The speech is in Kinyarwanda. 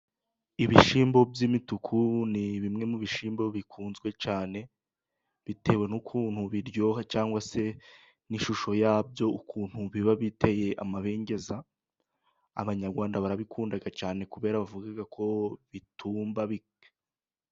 Ibishyimbo by'imituku ni bimwe mu bishimbo bikunzwe cyane, bitewe n'ukuntu biryoha cyangwa se n'ishusho yabyo. Ukuntu biba bite amabengeza, abanyarwanda barabikunda cyane kubera kuvuga ko bitumba.